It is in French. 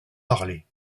parler